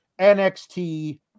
NXT